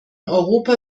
europa